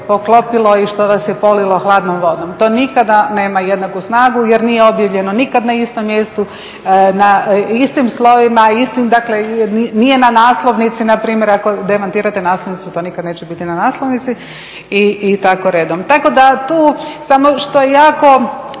poklopilo i što vas je polilo hladnom vodom. To nikada nema jednaku snagu jer nije objavljeno nikad na istom mjestu, istim slovima, nije na naslovnici npr., ako demantirate naslovnicu to nikad neće biti na naslovnici i tako redom. Tako da tu … što je jako